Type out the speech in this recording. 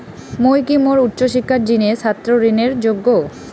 মুই কি মোর উচ্চ শিক্ষার জিনে ছাত্র ঋণের যোগ্য?